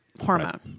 hormone